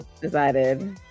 decided